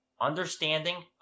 Understanding